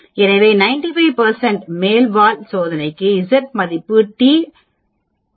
எனவே 95 மேல் வால் சோதனைக்கு Z மதிப்பு அல்லது t மதிப்பு 1